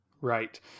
Right